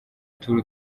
tour